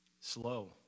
slow